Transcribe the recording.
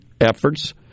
efforts